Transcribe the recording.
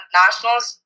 nationals